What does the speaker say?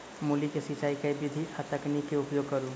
मूली केँ सिचाई केँ के विधि आ तकनीक केँ उपयोग करू?